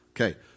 Okay